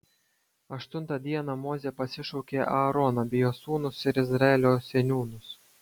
aštuntą dieną mozė pasišaukė aaroną bei jo sūnus ir izraelio seniūnus